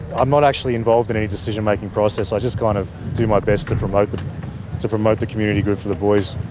i'm not actually involved in any decision-making process. i just kind of do my best to promote but to promote the community group for the boys.